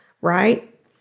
right